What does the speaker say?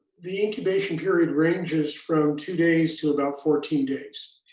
the incubation period ranges from two days to about fourteen days.